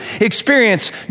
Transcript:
experience